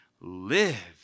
live